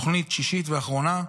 תוכנית שישית ואחרונה,